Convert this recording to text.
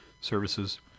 services